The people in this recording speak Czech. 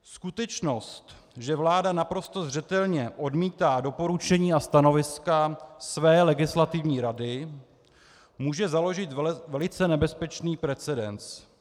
Skutečnost, že vláda naprosto zřetelně odmítá doporučení a stanoviska své Legislativní rady, může založit velice nebezpečný precedens.